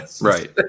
right